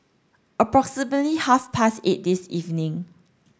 half past eight this evening